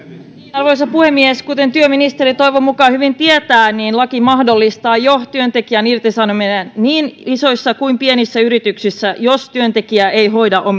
arvoisa puhemies kuten työministeri toivon mukaan hyvin tietää laki mahdollistaa jo työntekijän irtisanomisen niin isoissa kuin pienissä yrityksissä jos työntekijä ei hoida